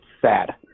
sad